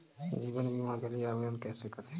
जीवन बीमा के लिए आवेदन कैसे करें?